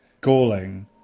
galling